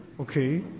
Okay